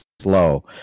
slow